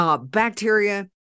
bacteria